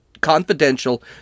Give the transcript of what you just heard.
confidential